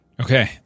Okay